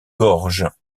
gorges